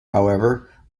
however